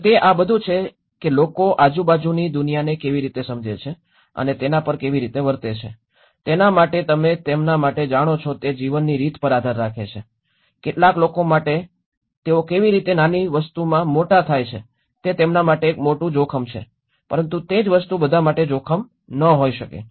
અને તે આ બધું છે કે લોકો આજુબાજુની દુનિયાને કેવી રીતે સમજે છે અને તેના પર કેવી રીતે વર્તે છે તેના માટે તમે તેમના માટે જાણો છો તે જીવનની રીત પર આધાર રાખે છે કેટલાક લોકો માટે કે તેઓ કેવી રીતે નાની વસ્તુમાં મોટા થાય છે તે તેમના માટે એક મોટું જોખમ છે પરંતુ તે જ વસ્તુ બધા માટે જોખમ ન હોઈ શકે